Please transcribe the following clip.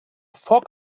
foc